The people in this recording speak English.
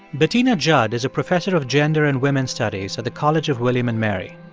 bettina judd is a professor of gender and women's studies at the college of william and mary.